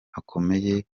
hakomeye